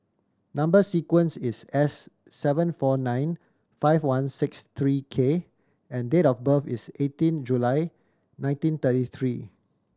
number sequence is S seven four nine five one six three K and date of birth is eighteen July nineteen thirty three